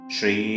Shri